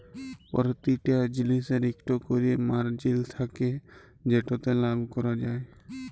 পরতিটা জিলিসের ইকট ক্যরে মারজিল থ্যাকে যেটতে লাভ ক্যরা যায়